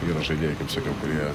yra žaidėjai kaip sakiau kurie